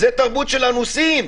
זאת תרבות של אנוסים.